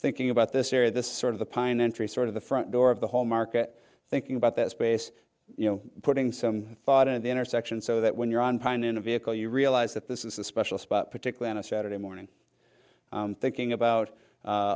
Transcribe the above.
thinking about this area this sort of the pine tree sort of the front door of the whole market thinking about that space you know putting some thought into the intersection so that when you're on pine in a vehicle you realize that this is a special spot particular on a saturday morning thinking about